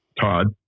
Todd